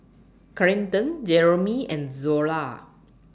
Clinton Jeromy and Zola